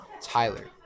Tyler